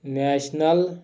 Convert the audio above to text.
national